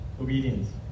obedience